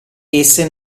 esse